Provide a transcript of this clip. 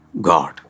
God